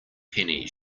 penny